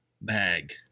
bag